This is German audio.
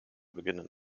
beginnen